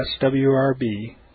swrb